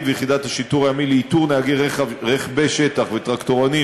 ויחידת השיטור הימי לאיתור נהגי רכבי שטח וטרקטורונים